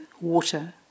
water